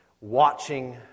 watching